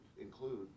include